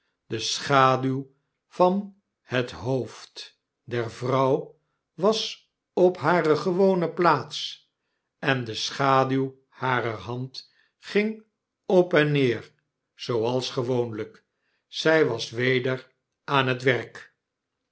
de schaduw van het hoofd der vrouw was op hare gewone plaats en de schaduw harer hand ging op en neer zooals gewoonlyk zy was weder aan haar werk